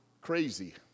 crazy